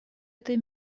этой